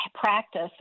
practice